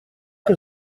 que